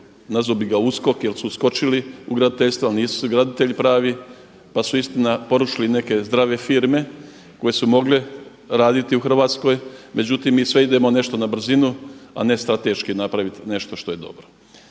nazvao bih ga uskok jer su uskočili u graditeljstvo, ali nisu graditelji pravi. Pa su istina porušili neke zdrave firme koje su mogle raditi u Hrvatskoj. Međutim, mi sve idemo nešto na brzinu, a ne strateški napraviti nešto što je dobro.